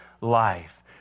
life